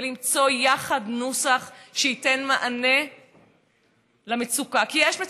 ולמצוא יחד נוסח שייתן מענה למצוקה, כי יש מצוקה,